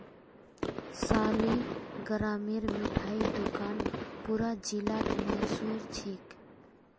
सालिगरामेर मिठाई दुकान पूरा जिलात मशहूर छेक